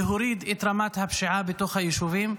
להוריד את רמת הפשיעה בתוך היישובים,